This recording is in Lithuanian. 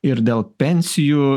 ir dėl pensijų